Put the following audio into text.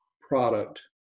product